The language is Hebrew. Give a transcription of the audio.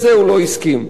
עם אותה הסתייגויות,